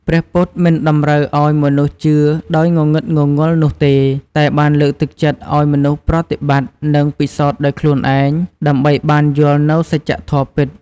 ព្រះពុទ្ធមិនតម្រូវឱ្យមនុស្សជឿដោយងងឹតងងល់នោះទេ តែបានលើកទឹកចិត្តឱ្យមនុស្សប្រតិបត្តិ និងពិសោធន៍ដោយខ្លួនឯង ដើម្បីបានយល់នូវសច្ចធម៌ពិត។